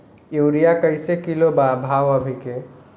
Urea कइसे kilo बा भाव अभी के?